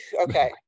okay